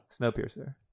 Snowpiercer